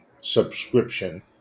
subscription